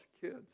kids